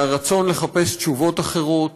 מהרצון לחפש תשובות אחרות,